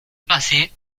passé